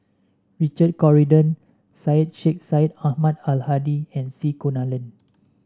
Richard Corridon Syed Sheikh Syed Ahmad Al Hadi and C Kunalan